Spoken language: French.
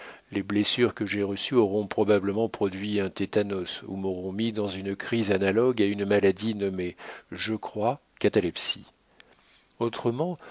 les blessures que j'ai reçues auront probablement produit un tétanos ou m'auront mis dans une crise analogue à une maladie nommée je crois catalepsie autrement